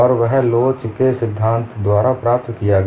और वह लोच के सिद्धांत द्वारा प्राप्त किया गया